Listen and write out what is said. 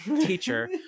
teacher